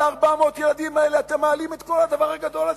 על 400 הילדים האלה אתם מעלים את כל הדבר הגדול הזה.